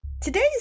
Today's